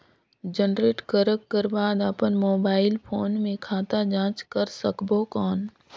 Generate करक कर बाद अपन मोबाइल फोन मे खाता जांच कर सकबो कौन?